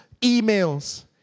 emails